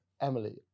Emily